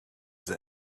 that